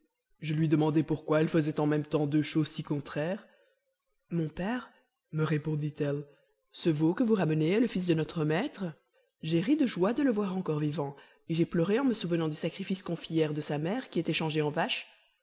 je lui demandai pourquoi elle faisait en même temps deux choses si contraires mon père me répondit-elle ce veau que vous ramenez est le fils de notre maître j'ai ri de joie de le voir encore vivant et j'ai pleuré en me souvenant du sacrifice qu'on fit hier de sa mère qui était changée en vache